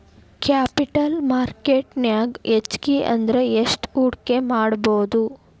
Capital market ನ್ಯಾಗ್ ಹೆಚ್ಗಿ ಅಂದ್ರ ಯೆಸ್ಟ್ ಹೂಡ್ಕಿಮಾಡ್ಬೊದು?